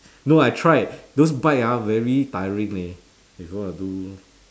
no I tried those bike ah very tiring leh if you want to do